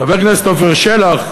חבר הכנסת שלח,